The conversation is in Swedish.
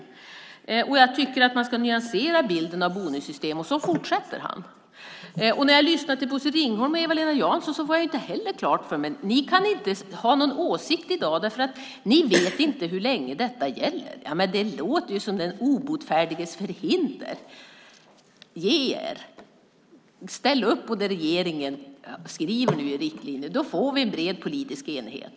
Vidare sade han: "Jag tycker att man ska nyansera bilden av bonussystemen." Och så fortsatte han. När jag lyssnar till Bosse Ringholm och Eva-Lena Jansson får jag inte heller klart för mig vad Socialdemokraterna tycker. Ni säger att ni inte kan ha en åsikt i dag eftersom ni inte vet hur länge detta gäller. Det låter som den obotfärdiges förhinder. Ge er! Ställ upp på det som regeringen skriver i riktlinjerna! Då får vi en bred politisk enighet.